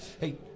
Hey